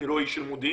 אני לא איש של מודיעין,